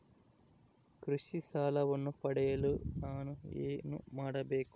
ಕೃಷಿ ಸಾಲವನ್ನು ಪಡೆಯಲು ನಾನು ಏನು ಮಾಡಬೇಕು?